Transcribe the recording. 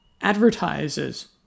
advertises